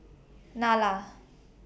Nalla